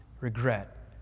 regret